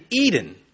Eden